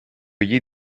gli